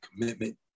commitment